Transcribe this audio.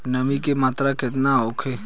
नमी के मात्रा केतना होखे?